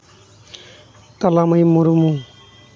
ᱛᱟᱞᱟᱢᱟᱹᱭ Murmu